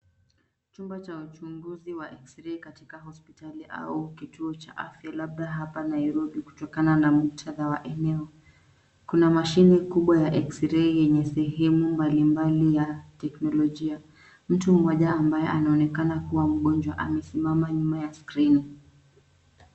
Chumba cha wachunguzi wa X-Ray katika hospitali au kituo cha afya labda hapa Nairobi kutokana na muktadha wa eneo. Kuna mashini kubwa ya X-Ray yenye sehemu mbali mbali ya teknolojia. Mtu mmoja ambaye anaonekana kuwa mgonjwa amesimama nyuma ya skrini.